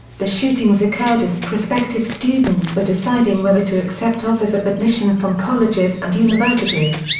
the shootings occurred as prospective students were deciding whether to accept offers of admission from colleges and universities.